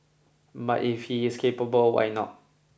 but if he is capable why not